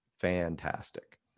fantastic